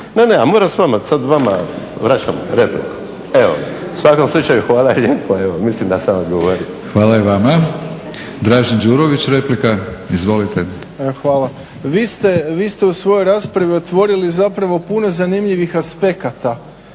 Ne, ne ja moram s vama, sad vama vraćam repliku. Evo ga u svakom slučaju hvala lijepo evo. Mislim da sam odgovorio. **Batinić, Milorad (HNS)** Hvala i vama. Dražen Đurović replika, izvolite. **Đurović, Dražen (HDSSB)** Vi ste u svojoj raspravi otvorili zapravo puno zanimljivih aspekata